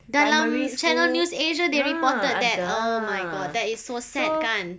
dalam Channel News Asia they reported that oh my god that is so sad kan